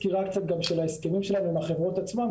עוד מעט אעשה סקירה גם של ההסכמים שלנו עם החברות עצמן,